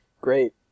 Great